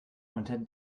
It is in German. unter